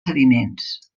sediments